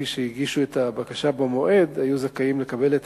מי שהגישו את הבקשה במועד היו זכאים לקבל את